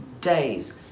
days